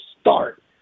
start